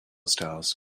styles